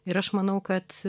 ir aš manau kad